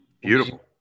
Beautiful